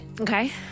Okay